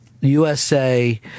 USA